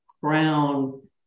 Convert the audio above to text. crown